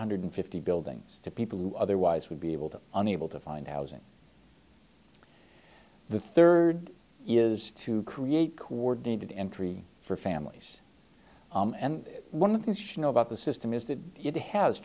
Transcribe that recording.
hundred fifty buildings to people who otherwise would be able to an able to find out the third is to create coordinated entry for families and one of the things she know about the system is that it has